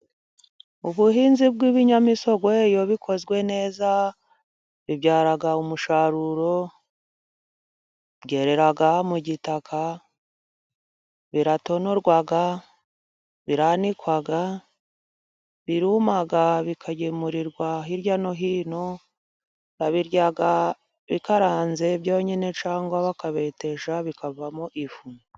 Ubuhinzi bw'ibinyamisogwe iyo bikozwe neza bibyara umusaruro. Bwerera mu gitaka, biratonorwa, biranikwag, birumaga bikagemurirwa hirya no hino, babirya bikaranze byonyine cyangwa bakabetesha bikavamo ifu.